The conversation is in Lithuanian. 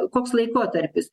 koks laikotarpis